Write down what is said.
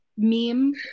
meme